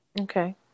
Okay